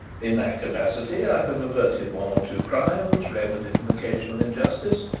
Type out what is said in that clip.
in that capacity i have averted one or two crimes, remedied an occasional injustice,